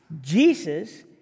Jesus